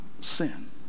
sin